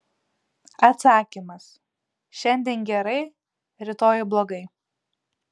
atsakymas šiandien gerai rytoj blogai